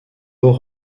hauts